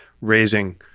raising